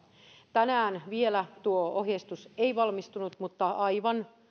tänään tuo ohjeistus ei vielä valmistunut mutta aivan